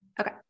Okay